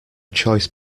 choice